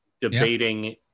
debating